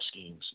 schemes